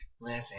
listen